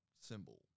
symbol